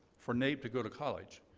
for naep to go to college.